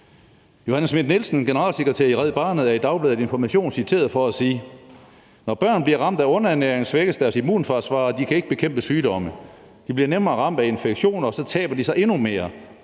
Johanne Schmidt-Nielsen, generalsekretær i Red Barnet, er i Dagbladet Information citeret for at sige: Når børn »bliver ramt af underernæring, svækkes deres immunforsvar, og de kan ikke bekæmpe sygdomme. De bliver nemmere ramt af infektioner, og så taber de sig endnu mere.